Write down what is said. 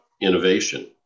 innovation